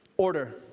Order